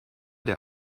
der